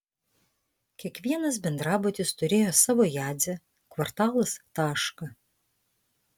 kiekvienas bendrabutis turėjo savo jadzę kvartalas tašką